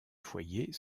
foyer